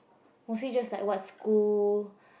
or see just like what school